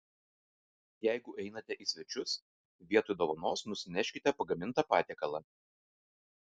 jeigu einate į svečius vietoj dovanos nusineškite pagamintą patiekalą